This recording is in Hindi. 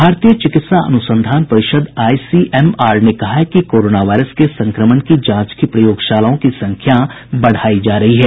भारतीय चिकित्सा अनुसंधान परिषद आईसीएमआर ने कहा है कि कोरोना वायरस के संक्रमण की जांच की प्रयोगशालाओं की संख्या बढ़ाई जा रही है